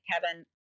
Kevin